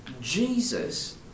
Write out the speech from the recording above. Jesus